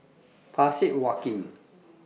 Parsick Joaquim